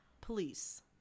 police